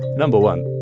number one,